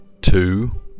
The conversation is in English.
two